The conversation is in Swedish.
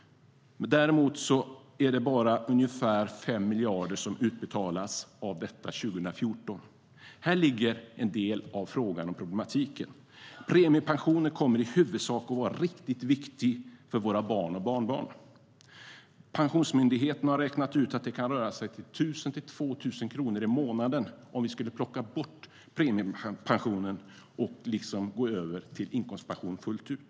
Däremot är det bara ungefär 5 miljarder som utbetalas av detta 2014.Här ligger en del av frågan och problematiken. Premiepensionen kommer i huvudsak att vara riktigt viktig för våra barn och barnbarn. Pensionsmyndigheten har räknat ut att det kan röra sig om 1 000-2 000 kronor i månaden om vi skulle plocka bort premiepensionen och gå över till inkomstpension fullt ut.